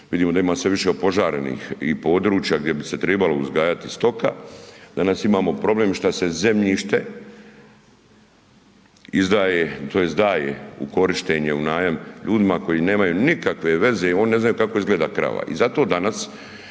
vidimo da ima sve više opožarenih i područja gdje bi se trebala uzgajati stoka, danas imamo problem šta se zemljište izdaje tj. daje u korištenje, u najam ljudima koji nemaju nikakve veze, oni ne znaju ni kako izgleda krava.